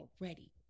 already